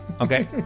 okay